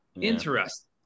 Interesting